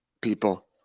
people